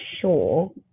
sure